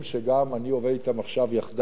וגם אני עובד אתם עכשיו יחדיו,